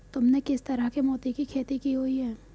तुमने किस तरह के मोती की खेती की हुई है?